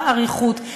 באריכות,